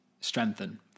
strengthen